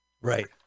Right